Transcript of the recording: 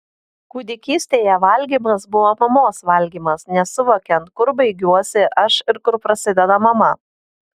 kūdikystėje valgymas buvo mamos valgymas nesuvokiant kur baigiuosi aš ir kur prasideda mama